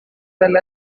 well